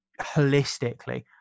holistically